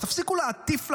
אז תפסיקו להטיף לנו.